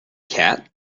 cat